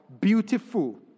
beautiful